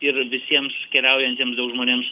ir visiems keliaujantiems daug žmonėms